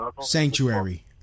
Sanctuary